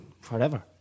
forever